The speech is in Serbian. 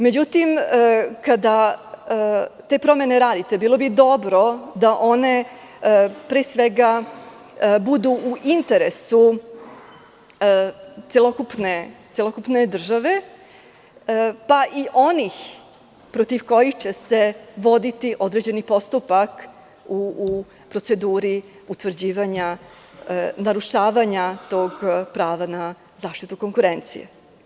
Međutim, kada te promene radite, bilo bi dobro da one pre svega budu u interesu celokupne države, pa i onih protiv kojih će se voditi određeni postupak u proceduri utvrđivanja narušavanja tog prava na zaštitu konkurencije.